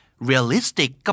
Realistic